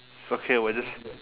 it's okay we're just